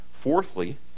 Fourthly